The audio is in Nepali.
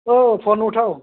औ फोन उठाऊ